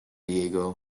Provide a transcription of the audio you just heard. diego